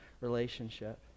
relationship